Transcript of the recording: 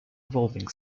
evolving